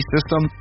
System